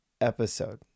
episode